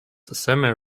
semi